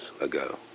ago